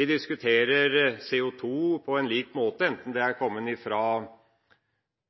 vi diskuterer CO2 på lik måte enten det